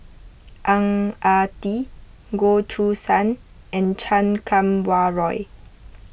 Ang Ah Tee Goh Choo San and Chan Kum Wah Roy